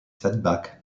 setback